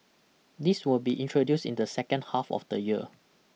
this will be introduce in the second half of the year